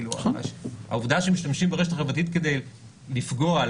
העובדה שמשתמשים ברשת החברתית כדי לפגוע,